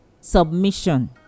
Submission